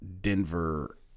Denver